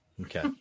Okay